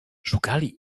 szukali